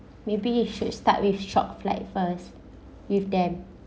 maybe you should start with short flight first with them